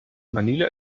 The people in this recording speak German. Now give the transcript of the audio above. manila